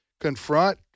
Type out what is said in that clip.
confront